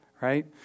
right